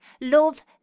Love